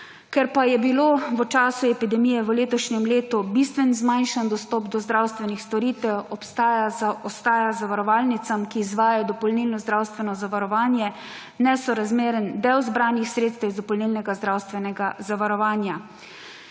Ker pa je bilo v času epidemije v letošnjem letu bistveno zmanjšan dostop do zdravstvenih storitev obstaja zaostaja zavarovalnicam, ki izvajajo dopolnilno zdravstveno zavarovanje nesorazmeren del zbranih sredstev iz dopolnilnega zdravstvenega zavarovanja.